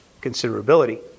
considerability